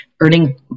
earning